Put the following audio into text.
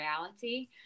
reality